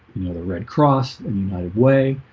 you know the red cross and united way